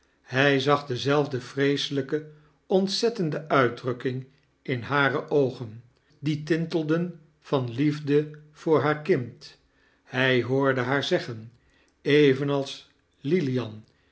hij zag dezelfde vreeselijke ontzettende uitdrukking in hare oogen die tintelden van lief de voor haar kind hij hoorde haar zeggen evenals lilian